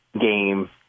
game